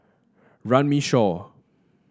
Runme Shaw